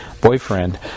boyfriend